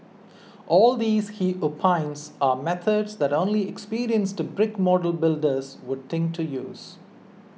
all these he opines are methods that only experienced to brick model builders would think to use